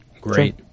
Great